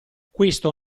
questo